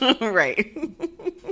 Right